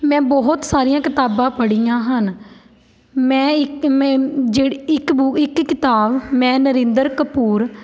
ਮੈਂ ਬਹੁਤ ਸਾਰੀਆਂ ਕਿਤਾਬਾਂ ਪੜ੍ਹੀਆਂ ਹਨ ਮੈਂ ਇੱਕ ਮੈਂ ਜਿਹੜ ਬੁ ਇੱਕ ਕਿਤਾਬ ਮੈਂ ਨਰਿੰਦਰ ਕਪੂਰ